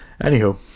Anywho